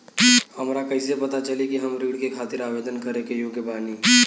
हमरा कइसे पता चली कि हम ऋण के खातिर आवेदन करे के योग्य बानी?